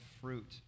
fruit